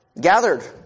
Gathered